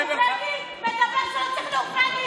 עכשיו הנורבגי, בפגרה.